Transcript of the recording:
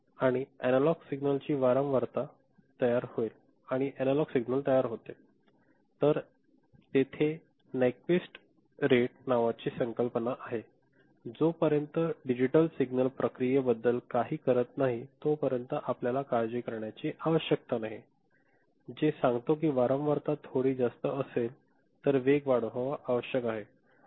आणि अॅनालॉग सिग्नलची वारंवारता तयार होईल आणि अनालॉग सिग्नल तयार होतो तर तेथे नेयक्विस्ट रेट नावाची एक संकल्पना आहे जो पर्यंत डिजिटल सिग्नल प्रक्रियेबद्दल काही करत नाही तोपर्यंत आपल्याला काळजी करण्याची आवश्यकता नाही जे सान्गतो कि वारंवारता थोडी जास्त असेल तर वेग वाढवावे आवश्यक आहे